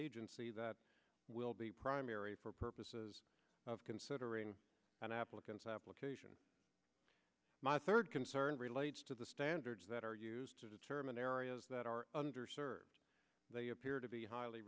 agency that will be primary for purposes of considering an applicant's application my third concern relates to the standards that are used to determine areas that are under served they appear to be highly